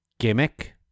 gimmick